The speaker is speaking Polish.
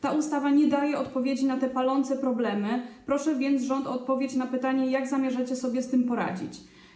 Ta ustawa nie daje odpowiedzi na te palące problemy, proszę więc rząd o odpowiedź na pytanie, jak zamierzacie sobie z tym poradzić.